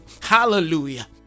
Hallelujah